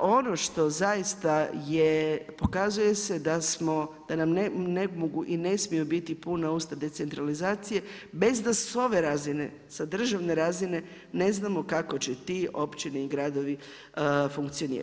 ono što zaista je pokazuje se da nam ne mogu i ne smiju biti puna usta decentralizacije, bez da s ove razine, sa državne razine, ne znamo kako će ti općine i gradovi funkcionirati.